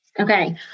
Okay